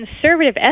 conservative